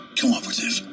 cooperative